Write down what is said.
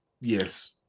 Yes